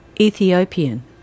Ethiopian